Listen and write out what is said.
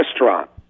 restaurant